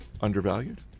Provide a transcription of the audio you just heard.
undervalued